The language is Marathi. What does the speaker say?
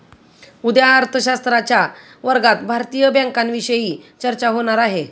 उद्या अर्थशास्त्राच्या वर्गात भारतीय बँकांविषयी चर्चा होणार आहे